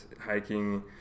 hiking